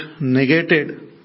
negated